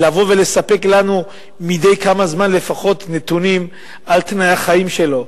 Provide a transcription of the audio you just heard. לבוא ולספק לנו מדי כמה זמן לפחות נתונים על תנאי החיים שלו,